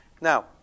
Now